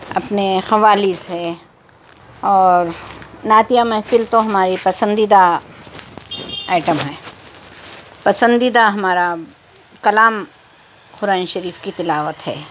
اپنے قوالیز ہے اور نعتیہ محفل تو ہماری پسندیدہ آئٹم ہے پسندیدہ ہمارا کلام قرآن شریف کی تلاوت ہے